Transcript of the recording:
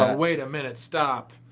ah wait a minute. stop.